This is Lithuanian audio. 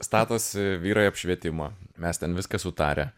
statosi vyrai apšvietimą mes ten viską sutarę